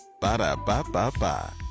Ba-da-ba-ba-ba